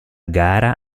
gara